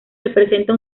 representa